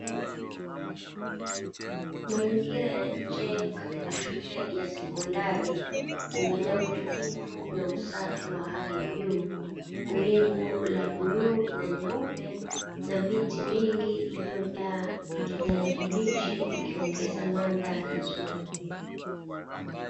Mazingira ya nje katika shule ya sekondari, kumejaa utulivu na usafi wa hali ya juu, wingu la bluu na nyeupe na miti mingi iliyojaa kijani kibichi ikiongeza mandhari nzuri.